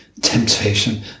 temptation